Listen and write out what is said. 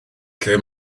lle